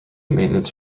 maintenance